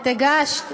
את הגשת,